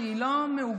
שהיא לא מעוגנת,